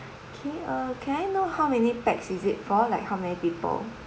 okay uh can I know how many pax is it for like how many people